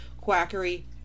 quackery